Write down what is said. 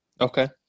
Okay